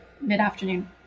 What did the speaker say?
mid-afternoon